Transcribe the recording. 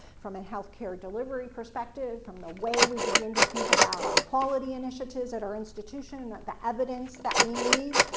from a healthcare delivery perspective, from the way we begin to think about our quality initiatives at our institution, the evidence that we need.